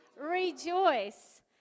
rejoice